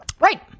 Right